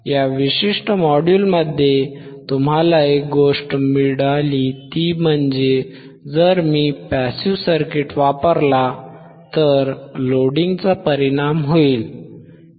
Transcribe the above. या विशिष्ट मॉड्यूलमध्ये तुम्हाला एक गोष्ट मिळाली ती म्हणजे जर मी पॅसिव्ह सर्किट वापरला तर लोडिंगचा परिणाम होईल